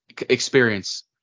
experience